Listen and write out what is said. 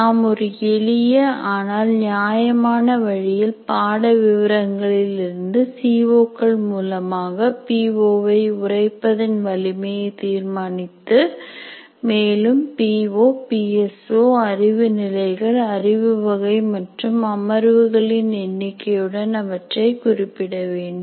நாம் ஒரு எளிய ஆனால் நியாயமான வழியில் பாட விவரங்களிலிருந்து சி ஓ கள் மூலமாக பீ ஓ வை உரைப்பதின் வலிமையை தீர்மானித்து மேலும் P O P S O அறிவு நிலைகள் அறிவு வகை மற்றும் அமர்வுகளின் எண்ணிக்கை உடன் அவற்றை குறிப்பிட வேண்டும்